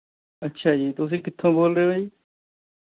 ਅੱਛਾ ਜੀ ਤੁਸੀਂ ਕਿੱਥੋਂ ਬੋਲਦੇ ਹੋ ਜੀ